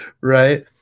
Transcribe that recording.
right